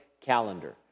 calendar